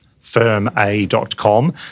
firma.com